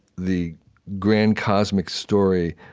the grand, cosmic story,